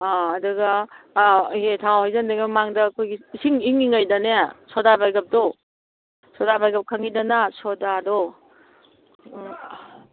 ꯑꯥ ꯑꯗꯨꯒ ꯊꯥꯎ ꯍꯩꯖꯟꯗ꯭ꯔꯤꯉꯩ ꯃꯃꯥꯡꯗ ꯑꯩꯈꯣꯏꯒꯤ ꯏꯁꯤꯡ ꯏꯪꯉꯤꯉꯩꯗꯅꯦ ꯁꯣꯗꯥꯕꯥꯏꯒꯞꯇꯣ ꯁꯣꯗꯥꯕꯥꯏꯒꯞ ꯈꯪꯉꯤꯗꯅ ꯁꯣꯗꯥꯗꯣ ꯎꯝ